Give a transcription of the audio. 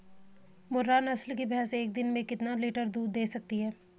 मुर्रा नस्ल की भैंस एक दिन में कितना लीटर दूध दें सकती है?